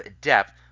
depth